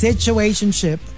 Situationship